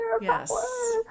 Yes